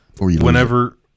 whenever